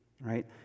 right